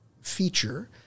feature